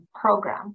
program